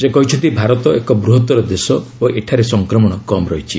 ସେ କହିଛନ୍ତି ଭାରତ ଏକ ବୃହତ୍ତର ଦେଶ ଓ ଏଠାରେ ସଂକ୍ରମଣ କମ୍ ରହିଛି